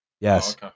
Yes